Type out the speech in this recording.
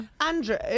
Andrew